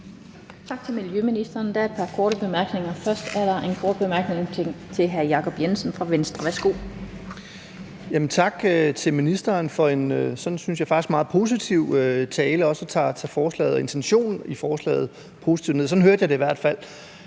Tak til miljøministeren. Der er et par korte bemærkninger. Først er der en kort bemærkning til hr. Jacob Jensen fra Venstre. Værsgo. Kl. 18:34 Jacob Jensen (V): Tak til ministeren for en, synes jeg faktisk, meget positiv tale, som også tager intentionen bag forslaget positivt ned – sådan hørte jeg det i hvert fald.